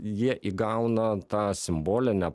jie įgauna tą simbolinę